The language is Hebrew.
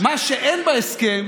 מה שאין בהסכם